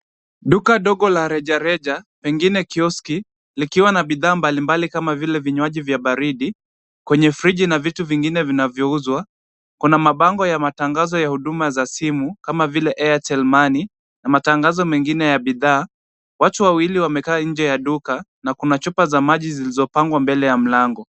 Duka ndogo la rejareja pengine kioski likiwa na bidhaa mbalimbali kama vile vinywaji vya baridi kwenye friji na vitu vingine vinavyouzwa. Kuna mabango ya matangazo ya huduma za simu kama vile Airtel Money na matangazo mengine ya bidhaa. Watu wawili wamekaa nje ya duka na kuna chupa za maji zilizopangwa nje ya mlango.